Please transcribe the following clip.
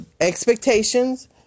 expectations